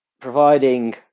providing